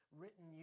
written